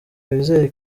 wizeye